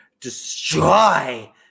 destroy